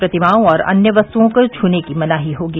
प्रतिमाओं और अन्य वस्तुओं को छूने की मनाही होगी